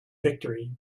victory